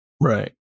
Right